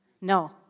No